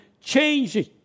changing